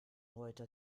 heute